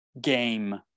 game